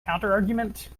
counterargument